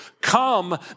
Come